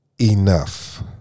enough